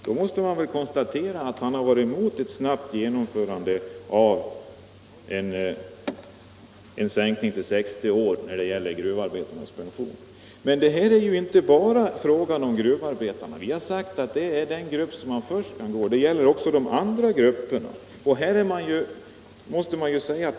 Då måste man väl konstatera att han varit emot ett snabbt genomförande av en sänkning av pensionsåldern för gruvarbetarna till 60 år. Men här är det ju inte bara fråga om gruvarbetarna. Vi har sagt att det är den grupp som först är aktuell, men det gäller också de andra grupperna.